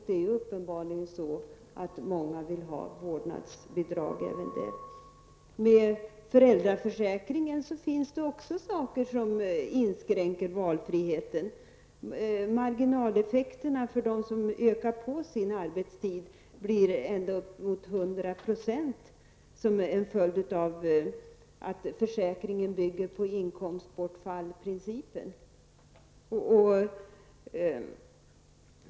Det är uppenbarligen så att många vill ha vårdnadsbidrag. I föräldraförsäkringen finns det också saker som inskränker valfriheten. Marginaleffekterna för den som ökar sin arbetstid kan bli ända upp emot 100 % som en följd av att försäkringen bygger på inkomstbortfallsprincipen.